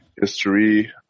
history